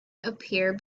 appear